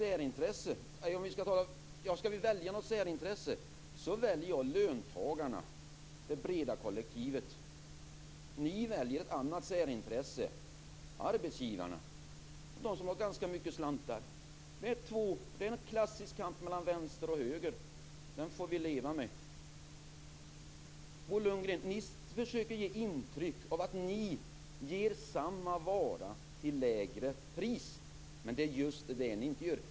Fru talman! Skall jag välja ett särintresse väljer jag löntagarna - det breda kollektivet. Ni väljer ett annat särintresse - arbetsgivarna och som har ganska mycket slantar. Det är två olika särintressen. Det är en klassisk kamp mellan vänster och höger. Den får vi leva med. Ni försöker ge intryck av att ni ger samma vara till lägre pris. Men det är just det ni inte gör.